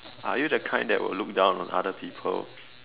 are you the kind that would look down on other people